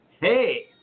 Hey